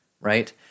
right